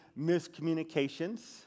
miscommunications